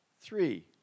Three